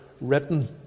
written